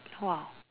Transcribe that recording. !wow!